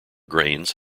grains